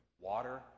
water